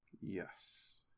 Yes